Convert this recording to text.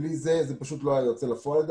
בלי זה לדעתי זה לא היה יוצא לפועל.